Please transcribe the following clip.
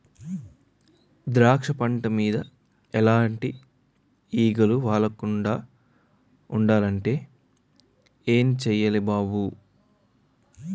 ద్రాక్ష పంట మీద ఎలాటి ఈగలు వాలకూడదంటే ఏం సెయ్యాలి బాబూ?